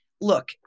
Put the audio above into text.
look